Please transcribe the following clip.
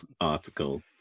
article